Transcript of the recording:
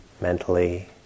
mentally